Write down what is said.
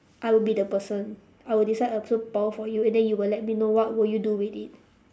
I will be the person I will decide a superpower for you and then you will let me know what you will do with it